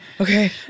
okay